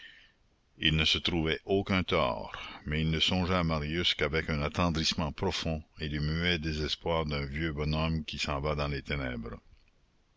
il ne se trouvait aucun tort mais il ne songeait à marius qu'avec un attendrissement profond et le muet désespoir d'un vieux bonhomme qui s'en va dans les ténèbres